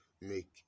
make